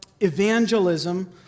evangelism